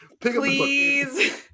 Please